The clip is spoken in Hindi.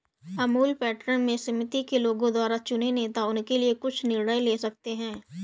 अमूल पैटर्न में समिति के लोगों द्वारा चुने नेता उनके लिए कुछ निर्णय ले सकते हैं